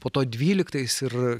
po to dvyliktais ir